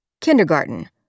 Kindergarten